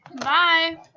bye